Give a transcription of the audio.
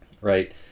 Right